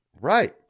Right